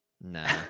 Nah